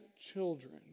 children